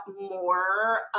more